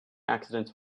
accidents